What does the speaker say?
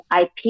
IP